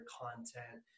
content